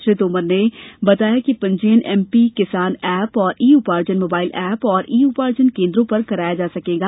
श्री तोमर ने बताया कि पंजीयन MP Kisan app e Uparjan mobile app और ई उपार्जन केन्द्रों पर कराया जा सकेगा